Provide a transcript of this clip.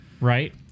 right